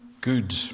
good